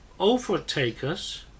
overtakers